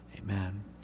Amen